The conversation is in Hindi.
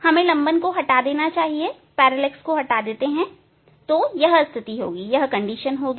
हमें लंबन को हटा देना चाहिए तो यह स्थिति होगी